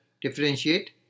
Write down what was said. differentiate